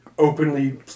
openly